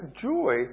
joy